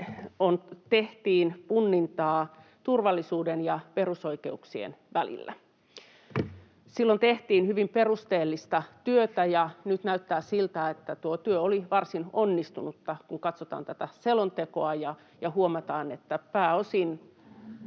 tehtiin punnintaa turvallisuuden ja perusoikeuksien välillä. Silloin tehtiin hyvin perusteellista työtä, ja nyt näyttää siltä, että tuo työ oli varsin onnistunutta, kun katsotaan tätä selontekoa ja huomataan, että pääosin